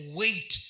wait